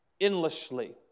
endlessly